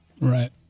right